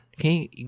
okay